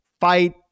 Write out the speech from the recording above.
fight